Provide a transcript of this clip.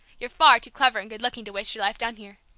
you're far too clever and good-looking to waste your life down here.